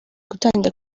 gutangira